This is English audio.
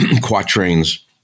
quatrains